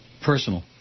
Personal